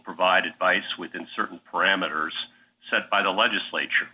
provide advice within certain parameters set by the legislature